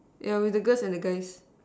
yeah with the girls and the guys